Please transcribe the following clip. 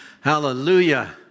Hallelujah